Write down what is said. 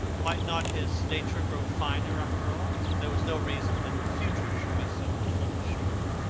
might not his nature grow finer, after all? there was no reason that the future should be so full of shame.